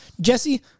Jesse